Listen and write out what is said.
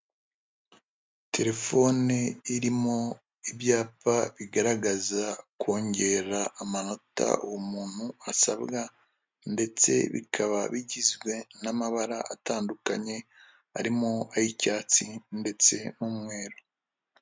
Telefoni irimo ibyapa bigaragaza kongera amanota uwo umuntu asabwa, ndetse bikaba bigizwe n'amabara atandukanye, arimo ay'icyatsi ndetse n'umweru.